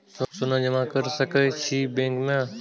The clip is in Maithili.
सोना जमा कर सके छी बैंक में?